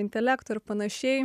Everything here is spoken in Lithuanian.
intelekto ir panašiai